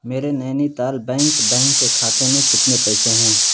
میرے Nainital bank bank کے کھاتے میں کتنے پیسے ہیں